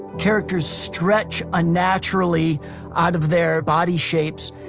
characters stretch unnaturally out of their body shapes.